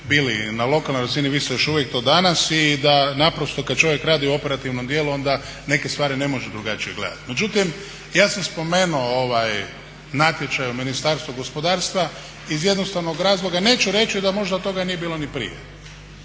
bili na lokalnoj razini, i vi ste još uvijek to danas, i da naprosto kad čovjek radi u operativnom dijelu onda neke stvari ne može drugačije gledati. Međutim, ja sam spomenuo ovaj natječaj u Ministarstvu gospodarstva iz jednostavnog razloga, neću reći da možda toga nije bilo ni prije,